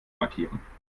markieren